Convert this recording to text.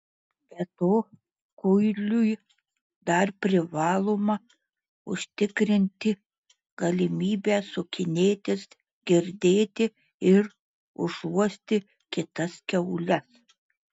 be to kuiliui dar privaloma užtikrinti galimybę sukinėtis girdėti ir užuosti kitas kiaules